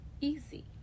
easy